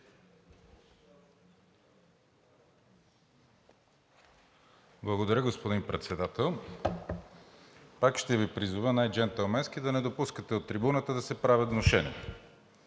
Благодаря, господин Председател. Пак ще Ви призова най-джентълменски да не допускате от трибуната да се правят внушения.